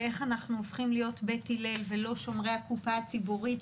זה איך אנחנו הופכים להיות בית הלל ולא שומרי הקופה הציבורית,